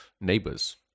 neighbors